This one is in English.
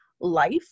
life